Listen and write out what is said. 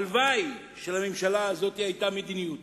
הלוואי שלממשלה הזאת היתה מדיניות.